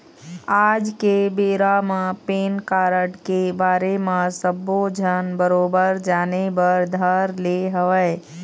आज के बेरा म पेन कारड के बारे म सब्बो झन बरोबर जाने बर धर ले हवय